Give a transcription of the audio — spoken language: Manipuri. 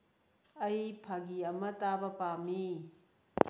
ꯑꯩ ꯐꯥꯒꯤ ꯑꯃ ꯇꯥꯕ ꯄꯥꯝꯃꯤ